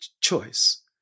choice